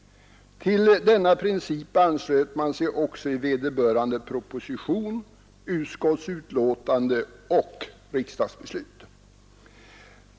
Till denna princip anslöt man sig också i vederbörande proposition, utskottsbetänkande och riksdagsbeslut.